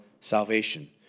salvation